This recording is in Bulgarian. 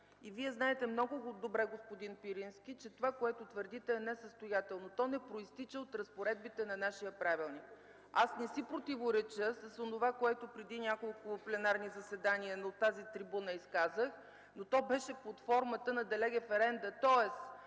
и Вие знаете много добре, господин Пирински, че това, което твърдите, е несъстоятелно. То не произтича от разпоредбите на нашия правилник. Аз не си противореча с онова, което преди няколко пленарни заседания от тази трибуна изказах, но то беше под формата на „де леге ференда”. Тоест,